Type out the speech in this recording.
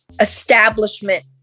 establishment